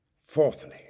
Fourthly